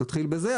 נתחיל בזה,